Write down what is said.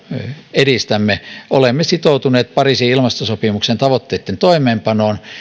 edistämme olemme sitoutuneet pariisin ilmastosopimuksen tavoitteitten toimeenpanoon